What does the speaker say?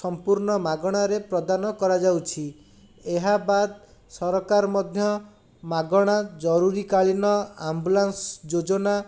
ସମ୍ପୂର୍ଣ୍ଣ ମାଗଣାରେ ପ୍ରଦାନ କରାଯାଉଛି ଏହା ବାଦ୍ ସରକାର ମଧ୍ୟ ମାଗଣା ଜରୁରୀକାଳୀନ ଆମ୍ବୁଲାନ୍ସ ଯୋଜନା